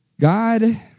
God